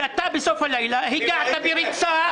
שאתה בסוף הלילה הגעת בריצה.